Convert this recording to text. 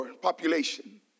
population